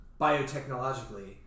biotechnologically